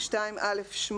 (2א8)